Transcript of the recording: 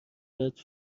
بهت